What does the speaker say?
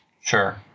Sure